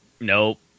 Nope